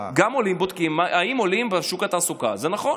בודקים גם אם עולים בשוק התעסוקה, זה נכון.